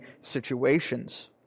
situations